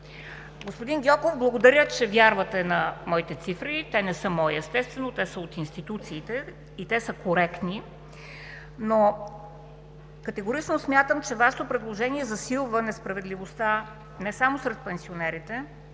Господин Гьоков, благодаря, че вярвате на моите цифри. Естествено, те не са мои, а са от институциите и са коректни. Категорично смятам, че Вашето предложение засилва несправедливостта не само сред пенсионерите,